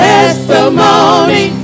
Testimony